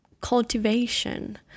cultivation